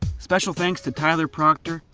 special thanks to tyler proctor,